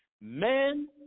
men